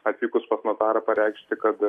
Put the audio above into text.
atvykus pas notarą pareikšti kad